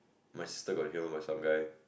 my sister got hit on some guys